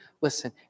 listen